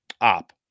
op